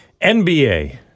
NBA